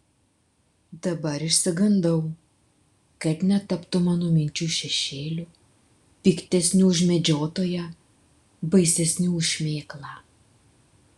dabar išsigandau kad netaptų mano minčių šešėliu piktesniu už medžiotoją baisesniu už šmėklą